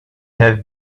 have